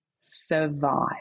survive